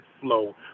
flow